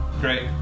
Great